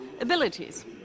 abilities